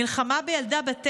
"מלחמה בילדה בת תשע?"